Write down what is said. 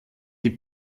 die